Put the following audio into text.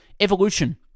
Evolution